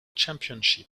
championship